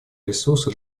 ресурсы